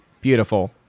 beautiful